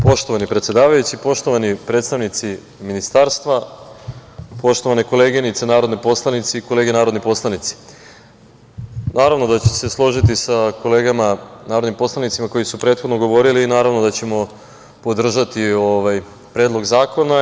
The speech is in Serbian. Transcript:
Poštovani predsedavajući, poštovani predstavnici ministarstva, poštovane koleginice narodne poslanice i kolege narodni poslanici, naravno da ću se složiti sa kolegama narodnim poslanicima koji su prethodno govorili i naravno da ćemo podržati ovaj predlog zakona.